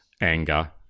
anger